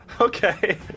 Okay